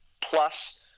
plus